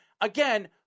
again